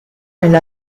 nella